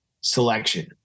selection